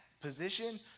position